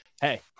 Hey